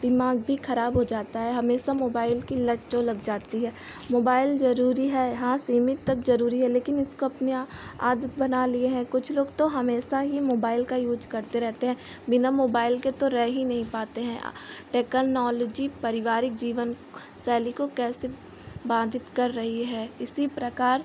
दिमाग़ भी ख़राब हो जाता है हमेशा मोबाइल की लत जो लग जाती है मोबाइल ज़रूरी है हाँ सीमित तक ज़रूरी है लेकिन इसको अपनी आदत बना लिए हैं कुछ लोग तो हमेशा ही मोबाइल का यूज करते रहते हैं बिना मोबाइल के तो रहे ही नहीं पाते हैं टेकानॉलजी परिवारिक जीवन शैली को कैसे बाधित कर रही है इसी प्रकार